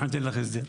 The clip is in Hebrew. אנחנו ניתן לך הסדר.